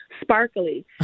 sparkly